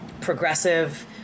progressive